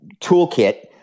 toolkit